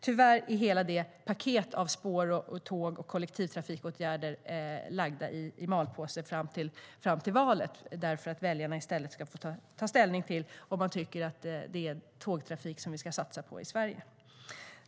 Tyvärr är hela paketet med spår, tåg och kollektivtrafikåtgärder lagt i malpåse fram till valet för att väljarna ska få ta ställning till om de tycker att det är tågtrafik vi ska satsa på i Sverige.